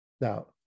Now